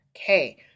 Okay